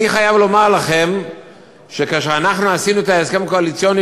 אני חייב לומר לכם שכאשר אנחנו עשינו את ההסכם הקואליציוני